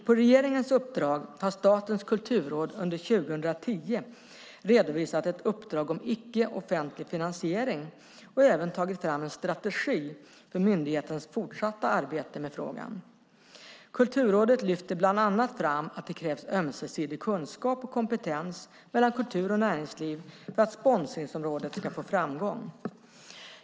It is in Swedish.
På regeringens uppdrag har Statens kulturråd under 2010 redovisat ett uppdrag om icke-offentlig finansiering och även tagit fram en strategi för myndighetens fortsatta arbete med frågan. Kulturrådet lyfter bland annat fram att det krävs ömsesidig kunskap och kompetens mellan kultur och näringsliv för att sponsringsområdet ska få framgång.